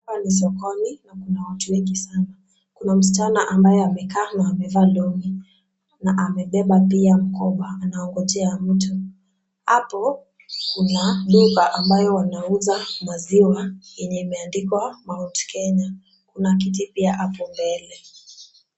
Hapa ni sokoni na kuna watu wengi sana, Kuna msichana ambaye amekaa na amevaa long'i na amebeba pia mkoba anangojea mtu. Hapo kuna duka ambayo wanauza maziwa yenye imeandikwa Mount Kenya, kuna kiti pia hapo mbele.